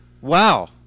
Wow